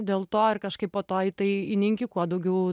dėl to ir kažkaip po to į tai įninki kuo daugiau